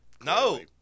No